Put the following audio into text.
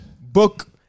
book